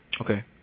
Okay